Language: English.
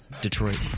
Detroit